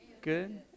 Good